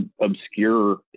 obscure